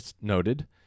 noted